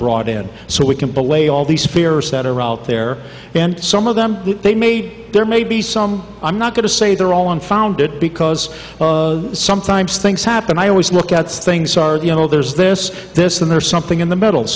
brought in so we can play all these fears that are out there and some of them they mate there may be some i'm not going to say they're all unfounded because sometimes things happen i always look at things are you know there's this this there's something in the middle